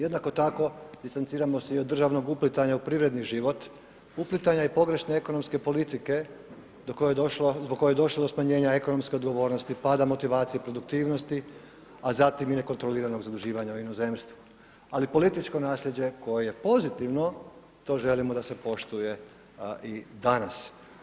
Jednako tako distanciramo se i od državnog uplitanja u privredni život, uplitanja i pogrešne ekonomske politike do koje je došlo, zbog koje je došlo do smanjenja ekonomske odgovornosti, pada motivacije i produktivnosti, a zatim i nekontroliranog zaduživanja u inozemstvu, ali političko nasljeđe koje je pozitivno, to želimo da se poštuje i danas.